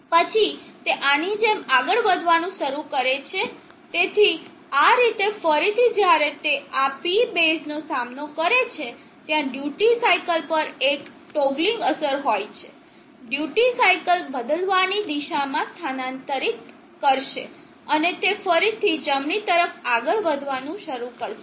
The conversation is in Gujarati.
પછી તે આની જેમ આગળ વધવાનું શરૂ કરે છે તેથી આ રીતે ફરીથી જ્યારે તે આ P બેઝ નો સામનો કરે છે ત્યાં ડ્યુટી સાઇકલ પર એક ટોગલિંગ અસર હોય છે ડ્યુટી સાઇકલ બદલાવની દિશામાં સ્થાનાંતરિત કરશે અને તે ફરીથી જમણી તરફ આગળ વધવાનું શરૂ કરશે